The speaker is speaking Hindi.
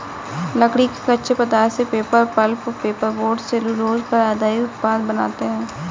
लकड़ी के कच्चे पदार्थ से paper, pulp, paper board, cellulose पर आधारित उत्पाद बनाते हैं